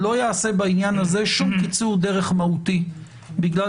לא ייעשה בעניין הזה שום קיצור דרך מהותי בגלל